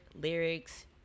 lyrics